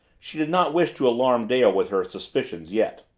she did not wish to alarm dale with her suspicions yet.